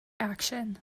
action